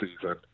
season